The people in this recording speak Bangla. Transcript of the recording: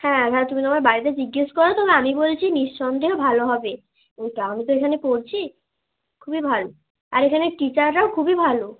হ্যাঁ তাহলে তুমি তোমার বাড়িতে জিজ্ঞাসা করো তবে আমি বলছি নিঃসন্দেহে ভালো হবে ওটা আমি তো এখানে পড়ছি খুবই ভালো আর এখানের টিচাররাও খুবই ভালো